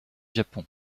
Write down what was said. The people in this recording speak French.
japon